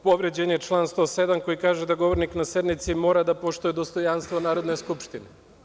Povređen je član 107. koji kaže da govornik na sednici mora da poštuje dostojanstvo Narodne skupštine.